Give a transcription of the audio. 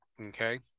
Okay